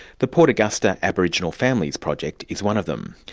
the port augusta aboriginal families project is one of them.